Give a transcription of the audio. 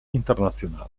internazionali